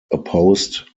opposed